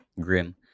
grim